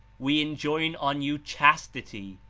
we enjoin on you chastity,